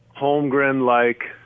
Holmgren-like